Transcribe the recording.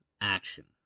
Action